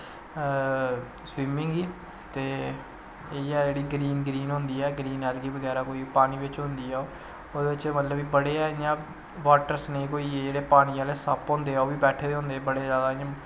swimming गी ते इयै जेह्ड़ी ग्रीन ग्रीन होंदी ऐ ग्रीन ऐलगी बगैरा कोई पानी बिच्च होंदी ऐ ओह्दे बिच्च मतलव बड़े गै इयां बॉटर स्नेक होईये जेह्ड़ा पानी आह्ले सप्प होंदे ऐ ओह् बी बैट्ठे दे होंदे बड़े जादा